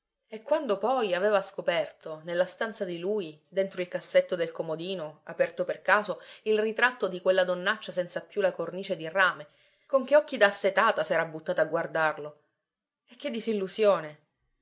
e quando poi aveva scoperto nella stanza di lui dentro il cassetto del comodino aperto per caso il ritratto di quella donnaccia senza più la cornice di rame con che occhi da assetata s'era buttata a guardarlo e che disillusione